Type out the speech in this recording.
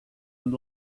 and